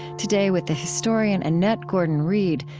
today, with the historian annette gordon-reed,